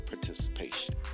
participation